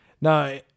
no